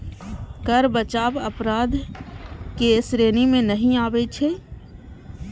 कर बचाव अपराधक श्रेणी मे नहि आबै छै